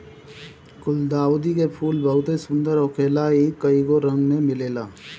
गुलदाउदी के फूल बहुते सुंदर होखेला इ कइगो रंग में मिलेला